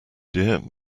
dear